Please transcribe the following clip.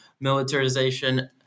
militarization